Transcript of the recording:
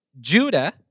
Judah